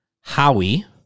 Howie